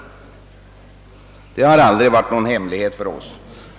Dessa har aldrig varit någon hemlighet för oss.